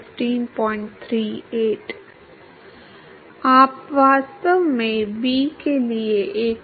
तो यह रेनॉल्ड्स संख्या पर घर्षण गुणांक की कार्यात्मक निर्भरता है